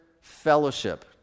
fellowship